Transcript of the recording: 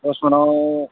दस मनआव